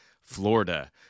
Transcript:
Florida